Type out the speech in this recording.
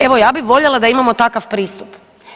Evo ja bi voljela da imamo takav pristup.